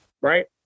Right